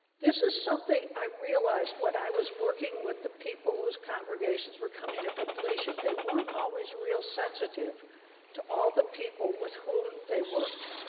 this is something i realized, when i was working with the people whose congregations were coming to completion, they weren't always real sensitive to all the people with whom they worked.